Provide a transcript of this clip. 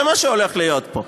זה מה שהולך להיות פה.